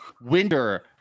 winter